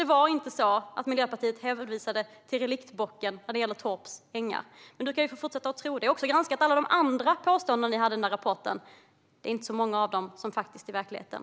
Det var inte så att Miljöpartiet hänvisade till reliktbocken vad gäller Torps ängar, men du kan få fortsätta att tro det. Vi har också granskat alla de andra påståendena som ni hade i rapporten. Det är inte många av dem som stämmer i verkligheten.